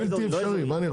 בלתי אפשרי.